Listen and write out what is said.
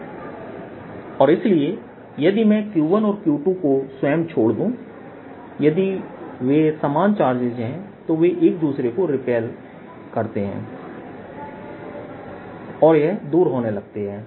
किया गया कार्यVQ1r12Q214π0Q1Q2r12VQ2r12Q1 और इसलिए यदि मैं Q1 और Q2 को स्वयं छोड़ दूं यदि वे समान चार्जेस हैं तो वे एक दूसरे को रीपेल् करते हैं और यह दूर होने लगते है